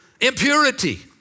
Impurity